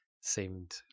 seemed